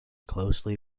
closely